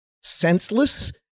senseless